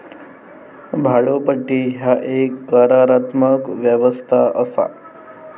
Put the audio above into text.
भाड्योपट्टी ह्या एक करारात्मक व्यवस्था असा